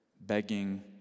begging